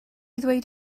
ddweud